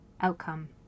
outcome